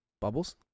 Bubbles